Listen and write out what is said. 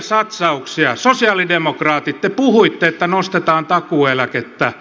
sosialidemokraatit te puhuitte että nostetaan takuueläkettä